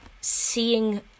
seeing